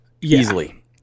Easily